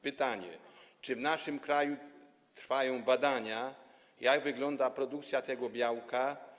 Pytanie: Czy w naszym kraju trwają badania, jak wygląda produkcja tego białka?